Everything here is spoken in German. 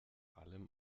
allem